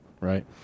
right